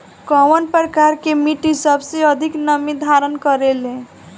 कउन प्रकार के मिट्टी सबसे अधिक नमी धारण करे ले?